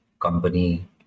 company